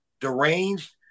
deranged